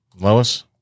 Lois